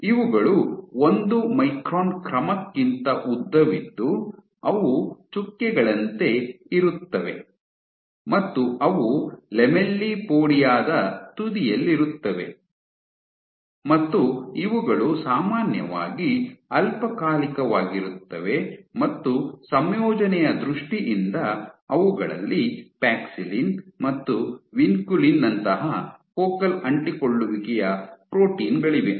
ಇವುಗಳು ಒಂದು ಮೈಕ್ರಾನ್ ಕ್ರಮಕ್ಕಿಂತ ಉದ್ದವಿದ್ದು ಅವು ಚುಕ್ಕೆಗಳಂತೆ ಇರುತ್ತವೆ ಮತ್ತು ಅವು ಲ್ಯಾಮೆಲ್ಲಿಪೋಡಿ ಯಾದ ತುದಿಯಲ್ಲಿರುತ್ತವೆ ಮತ್ತು ಇವುಗಳು ಸಾಮಾನ್ಯವಾಗಿ ಅಲ್ಪಕಾಲಿಕವಾಗಿರುತ್ತವೆ ಮತ್ತು ಸಂಯೋಜನೆಯ ದೃಷ್ಟಿಯಿಂದ ಅವುಗಳಲ್ಲಿ ಪ್ಯಾಕ್ಸಿಲಿನ್ ಮತ್ತು ವಿನ್ಕುಲಿನ್ ನಂತಹ ಫೋಕಲ್ ಅಂಟಿಕೊಳ್ಳುವಿಕೆಯ ಪ್ರೋಟೀನ್ಗಳಿವೆ